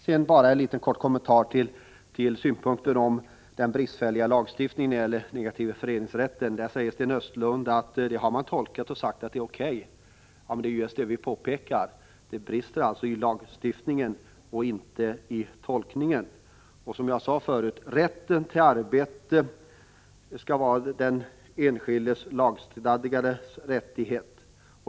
Sedan skall jag bara ge en liten kommentar till Sten Östlunds synpunkt på den bristfälliga lagstiftningen när det gäller den negativa föreningsrätten. Sten Östlund framhöll att man har tolkat lagstiftningen och sagt att nuvarande ordning är O.K. Det är just det vi påpekar. Det brister i lagstiftningen, inte i tolkningen. Jag upprepar vad jag sade förut: Rätten till arbete skall vara den enskildes lagstadgade rättighet.